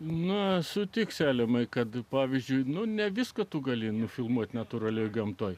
na sutik selemai kad pavyzdžiui nu ne viską tu gali nufilmuoti natūralioje gamtoje